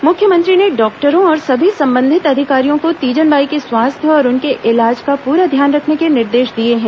मुख्यमंत्री ने डॉक्टरों और सभी संबंधित अधिकारियों को तीजन बाई के स्वास्थ्य और उनके इलाज का पुरा ध्यान रखने के निर्देश दिए हैं